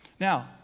Now